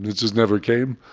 and just never came.